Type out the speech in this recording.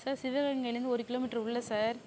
sir சிவகங்கையிலிருந்து ஒரு kilometre உள்ளே சார்